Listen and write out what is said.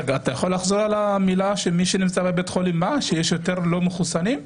אמרת שמי שבבית החולים יש יותר לא מחוסנים?